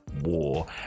war